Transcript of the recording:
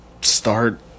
start